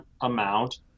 amount